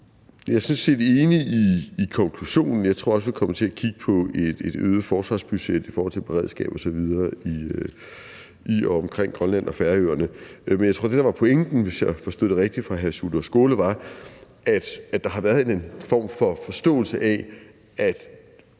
Jeg er sådan set enig i konklusionen, og jeg tror også, vi kommer til at kigge på et øget forsvarsbudget i forhold til beredskab osv. i og omkring Grønland og Færøerne. Men jeg tror, at det, der var pointen, hvis jeg forstod det rigtigt, fra hr. Sjúrður Skaales side, var, at der har været en form for forståelse af, at